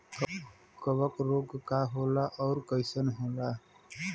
कवक रोग का होला अउर कईसन होला?